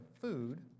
food